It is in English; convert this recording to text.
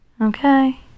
Okay